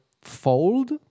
fold